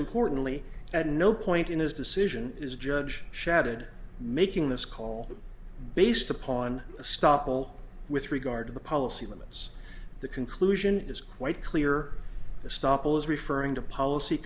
importantly at no point in his decision is judge shadid making this call based upon a stop will with regard to the policy limits the conclusion is quite clear the stop was referring to policy